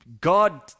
God